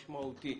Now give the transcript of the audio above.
משמעותי.